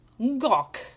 Gawk